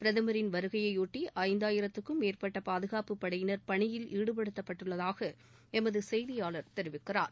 பிரதமரின் வருகையையொட்டி ஐந்தாயித்திற்கும் மேற்பட்ட பாதுகாப்புப் படையினர் பணியில் ஈடுபடுத்தப்பட்டுள்ளதாக எமது செய்தியாளர் தெரிவிக்கிறார்